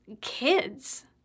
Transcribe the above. kids